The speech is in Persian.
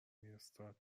میرستاد